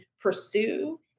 pursue